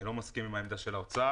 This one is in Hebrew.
אני לא מסכים עם העמדה של משרד האוצר.